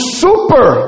super